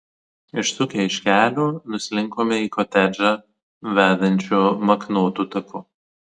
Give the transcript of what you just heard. išsukę iš kelio nuslinkome į kotedžą vedančiu maknotu taku